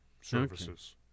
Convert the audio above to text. services